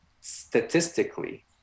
statistically